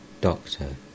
Doctor